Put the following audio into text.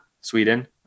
Sweden